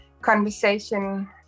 conversation